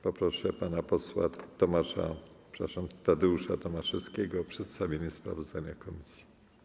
Poproszę pana posła Tomasza, przepraszam, Tadeusza Tomaszewskiego o przedstawienie sprawozdania komisji.